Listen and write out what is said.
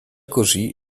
così